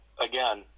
again